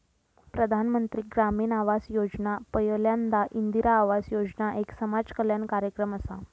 प्रधानमंत्री ग्रामीण आवास योजना पयल्यांदा इंदिरा आवास योजना एक समाज कल्याण कार्यक्रम असा